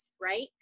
right